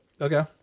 Okay